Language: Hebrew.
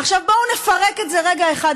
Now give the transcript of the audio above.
עכשיו, בואו נפרק את זה רגע אחד-אחד.